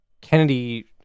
Kennedy